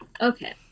Okay